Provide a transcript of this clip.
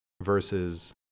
versus